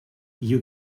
you